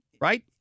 Right